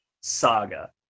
Saga